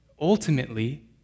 Ultimately